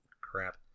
crap